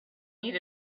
need